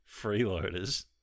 freeloaders